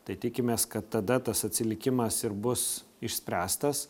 tai tikimės kad tada tas atsilikimas ir bus išspręstas